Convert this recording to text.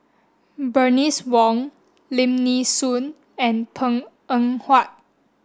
Bernice Wong Lim Nee Soon and Png Eng Huat